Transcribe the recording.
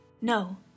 No